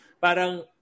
Parang